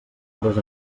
hores